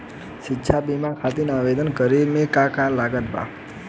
शिक्षा बीमा खातिर आवेदन करे म का का लागत बा?